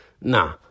nah